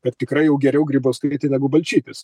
kad tikrai jau geriau grybauskaitė negu balčytis